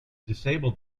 disable